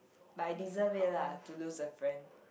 but I deserve lah to lose a friend